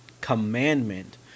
commandment